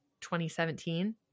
2017